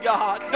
God